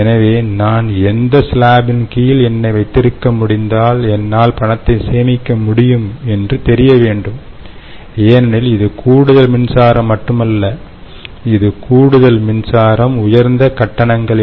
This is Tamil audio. எனவே நான் எந்த ஸ்லாப்பின் கீழே என்னை வைத்திருக்க முடிந்தால்என்னால் பணத்தை சேமிக்க முடியும் என்று தெரிய வேண்டும் ஏனெனில் இது கூடுதல் மின்சாரம் மட்டுமல்ல இது கூடுதல் மின்சாரம் உயர்ந்த கட்டணங்களில்